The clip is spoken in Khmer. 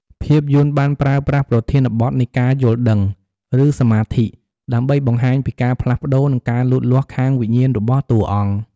ភាពយន្តបានប្រើប្រាស់ប្រធានបទនៃការយល់ដឹង ឬសម្មាធិ ដើម្បីបង្ហាញពីការផ្លាស់ប្តូរ និងការលូតលាស់ខាងវិញ្ញាណរបស់តួអង្គ។